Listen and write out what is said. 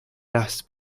las